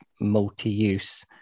multi-use